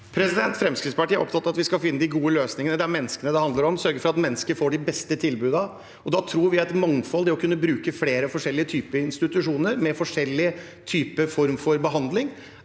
Fremskrittspartiet er opptatt av at vi skal finne de gode løsningene. Det er menneskene det handler om – å sørge for at mennesker får de beste tilbudene. Da tror vi at mangfold, det å kunne bruke flere forskjellige typer institusjoner med forskjellige former for behandling,